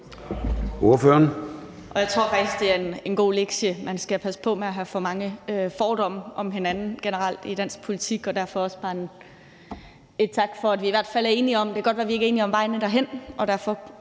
Jeg tror faktisk, at det er en god lektie. Man skal passe på med at have for mange fordomme om hinanden generelt i dansk politik. Derfor også bare en tak for, at vi er enige. Det kan godt være, at vi ikke er enige om vejene derhen